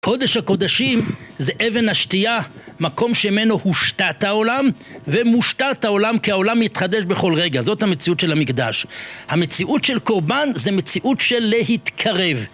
קודש הקודשים זה אבן השתייה, מקום שמנו הושתה העולם ומושתה העולם כי העולם מתחדש בכל רגע, זאת המציאות של המקדש המציאות של קורבן זה מציאות של להתקרב